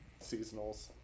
seasonals